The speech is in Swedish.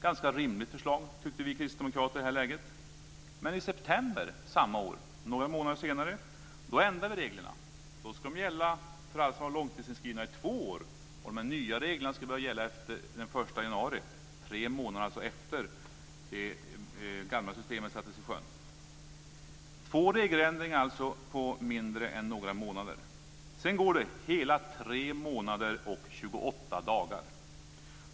Vi kristdemokrater tyckte i det läget att detta var ett ganska rimligt förslag. Men i september samma år, några månader senare, ändrades reglerna. Då skulle de gälla för alla som hade varit långtidsinskrivna i två år. De nya reglerna skulle börja gälla den 1 januari, alltså tre månader efter det att det gamla systemet sattes i sjön. Det har alltså gjorts två regeländringar på mindre än några månader. Sedan går det hela 3 månader och 28 dagar.